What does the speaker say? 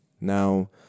Now